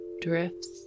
drifts